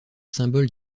symbole